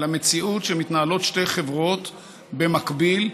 מציאות שמתנהלות שתי חברות במקביל,